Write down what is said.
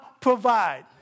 provide